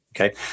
okay